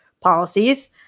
policies